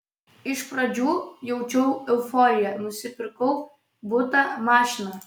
iš pradžių jaučiau euforiją nusipirkau butą mašiną